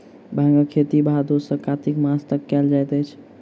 भांगक खेती भादो सॅ कार्तिक मास तक कयल जाइत अछि